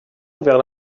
ouvert